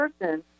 person